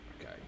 Okay